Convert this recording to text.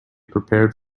prepared